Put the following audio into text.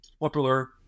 popular